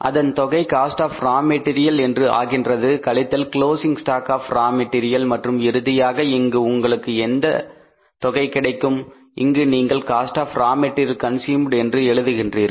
அதன் தொகை cost of raw material என்று ஆகின்றது கழித்தல் closing stock of raw material மற்றும் இறுதியாக இங்கு உங்களுக்கு இந்த தொகை கிடைக்கும் இங்கு நீங்கள் cost of raw material consumed என்று எழுதுகிறீர்கள்